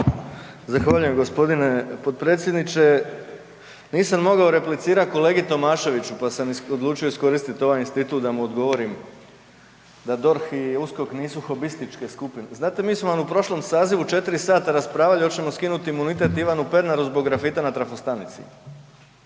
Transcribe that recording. Zahvaljujem gospodine potpredsjedniče. Nisam mogao replicirati kolegi Tomaševiću pa sam odlučio iskoristiti ovaj institut da mu odgovorim da DORH i USKOK nisu hobističke skupine. Znate mi smo vam u prošlom sazivu 4 sata raspravljali hoćemo skinuti imunitet Ivanu Pernaru zbog grafita na trafostanici.